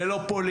זה לא פוליטי,